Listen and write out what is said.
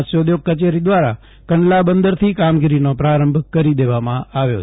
મત્સ્યોદ્યોગ કચેરી દ્વારા કંડલા બંદરથી કામગીરીનો પ્રારંભ કરી દેવામાં આવ્યો છે